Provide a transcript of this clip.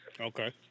Okay